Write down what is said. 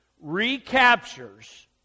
recaptures